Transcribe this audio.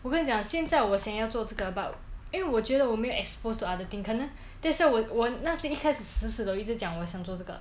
我跟你讲现在我想要做这个 but 因为我觉得我没有 exposed to other thing 可能 that's why 我我那时一开始死死地我一直讲我想做这个